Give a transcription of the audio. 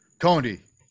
Condi